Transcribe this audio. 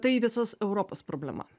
tai visos europos problema